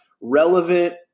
relevant